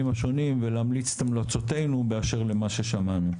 השונים ולהמליץ את המלצותינו באשר למה ששמענו.